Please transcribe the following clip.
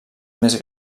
més